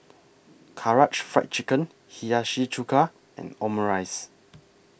Karaage Fried Chicken Hiyashi Chuka and Omurice